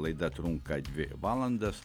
laida trunka dvi valandas